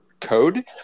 code